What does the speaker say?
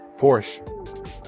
Porsche